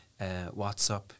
WhatsApp